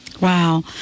Wow